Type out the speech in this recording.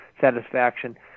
satisfaction